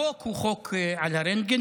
החוק הוא חוק על הרנטגן.